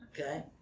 Okay